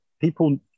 People